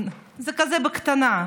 זה כזה בקטנה,